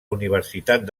universitat